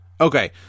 okay